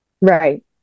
right